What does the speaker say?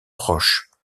proches